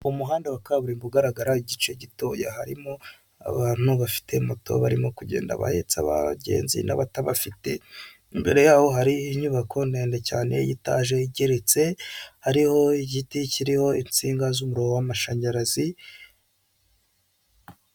Umuhanda wa kaburimbo ugaragara igice gitoya harimo abantu bafite moto barimo kugenda bahetsa abagenzi n'abatabafite, imbere yaho hari inyubako ndende cyane y'itaje igeretse hariho igiti kiriho insinga z'umuriro w'amashanyarazi.